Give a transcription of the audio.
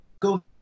go